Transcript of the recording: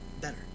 better